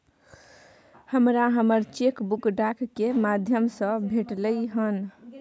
हमरा हमर cheque book डाक के माध्यम से भेटलय हन